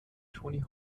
tony